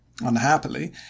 Unhappily